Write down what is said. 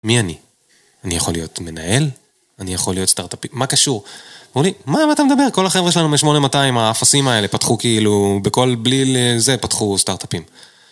מי אני? אני יכול להיות מנהל? אני יכול להיות סטארטפיסט? מה קשור? אומרים לי, מה אתה מדבר? כל החבר'ה שלנו מ-8200, האפסים האלה פתחו כאילו, בכל... בלי... לזה... פתחו סטארט-אפים.